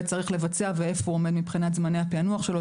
צריך לבצע ואיפה הוא עומד מבחינת זמני הפענוח שלו.